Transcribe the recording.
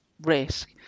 risk